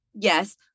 yes